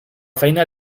feina